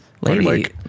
lady